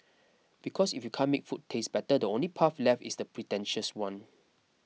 because if you can't make food taste better the only path left is the pretentious one